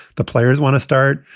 the players want to start.